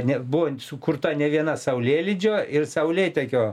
nebuvo sukurta nė viena saulėlydžio ir saulėtekio